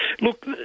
Look